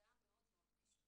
זה היה מאוד מאוד קשה.